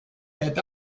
est